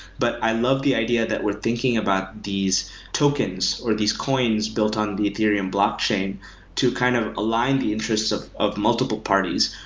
but i love the idea that we're thinking about these tokens, or these coins built on the ethereum blockchain to kind of align the interests of of multiple parties.